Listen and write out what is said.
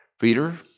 Peter